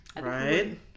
Right